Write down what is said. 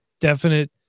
definite